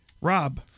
Rob